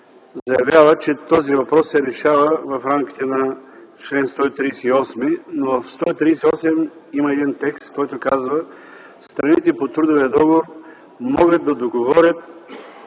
заявява, че този въпрос се решава в рамките на чл. 138, но в него има един текст, който казва: „страните по трудовия договор могат да уговорят